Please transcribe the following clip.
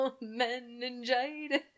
meningitis